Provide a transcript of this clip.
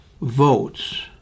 votes